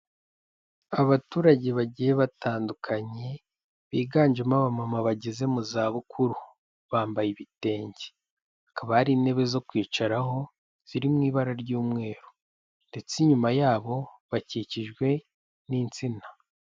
Abaturage bagiye batandukanye, biganjemo abamama bageze mu zabukuru, bambaye ibitenge, hakaba hari intebe zo kwicaraho, ziri mu ibara ry'umweru ndetse inyuma yabo bakikijwe n'insina.